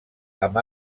amb